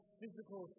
physical